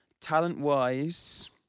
Talent-wise